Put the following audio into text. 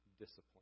discipline